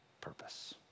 purpose